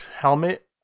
helmet